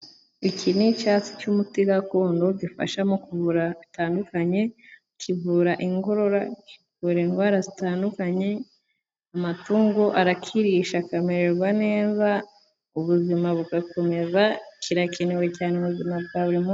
Iki ni icyatsi cy'umuti gakondo, gifasha mu ku kuvura bitandukanye, kivura ingorora, kivura indwara zitandukanye, amatungo arakirisha akamererwa neza, ubuzima bugakomeza, kirakenewe cyane buzima bwa buri munsi.